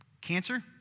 Cancer